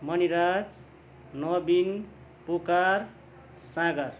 मनिराज नवीन पुकार सागर